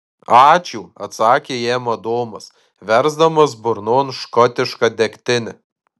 ačiū atsakė jam adomas versdamas burnon škotišką degtinę